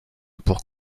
pour